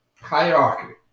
hierarchy